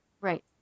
Right